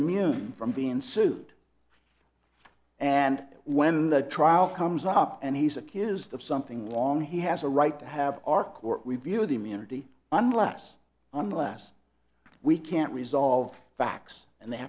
immune from being sued and when the trial comes up and he's accused of something long he has a right to have our court review with immunity unless unless we can't resolve facts and they